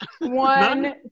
One